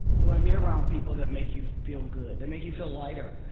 you want to be around people that make you feel good, that make you feel lighter.